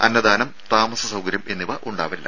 അന്നദാനം താമസസൌകര്യം എന്നിവ ഉണ്ടാവില്ല